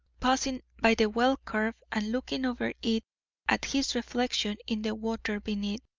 pausing by the well-curb and looking over it at his reflection in the water beneath.